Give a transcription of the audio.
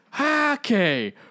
Okay